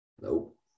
Nope